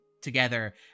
together